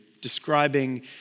describing